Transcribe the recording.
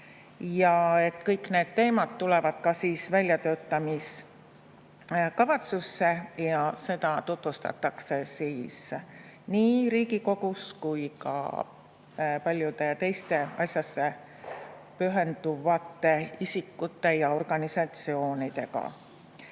Kõik need teemad tulevad ka väljatöötamiskavatsusse ja seda tutvustatakse siis nii Riigikogus kui ka paljudele teistele asjasse pühendatud isikutele ja organisatsioonidele.